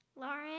Lauren